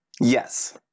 Yes